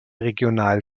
regional